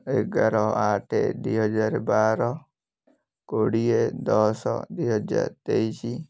ଏଗାର ଆଠ ଦୁଇହଜାରେ ବାର କୋଡ଼ିଏ ଦଶ ଦୁଇହଜାର ତେଇଶ